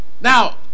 Now